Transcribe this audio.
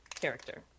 character